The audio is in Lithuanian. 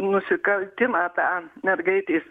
nusikaltimą tą mergaitės